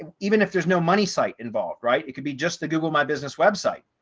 and even if there's no money site involved, right, it could be just the google my business website.